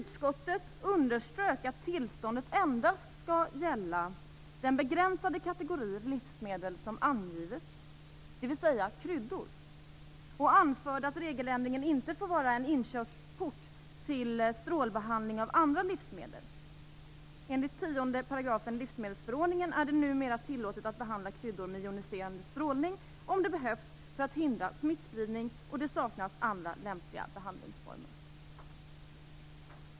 Utskottet underströk att tillståndet endast skall gälla den begränsade kategori livsmedel som angivits, dvs. kryddor, och anförde att regeländringen inte får vara en inkörsport till strålbehandling av andra livsmedel. Enligt 10 § livsmedelsförordningen är det numera tillåtet att behandla kryddor med joniserande strålning om det behövs för att hindra smittspridning och det saknas andra lämpliga behadlingsformer."